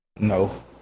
no